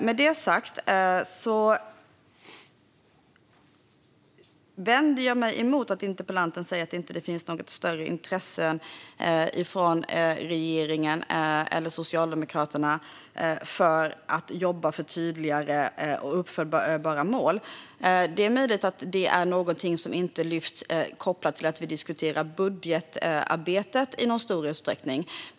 Med detta sagt vänder jag mig emot att interpellanten säger att det inte finns något större intresse från regeringen eller Socialdemokraterna för att jobba för tydligare och uppföljbara mål. Det är möjligt att detta är någonting som inte lyfts upp kopplat till diskussioner om budgetarbetet i någon stor utsträckning.